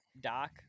doc